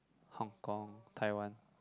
hong-kong Taiwan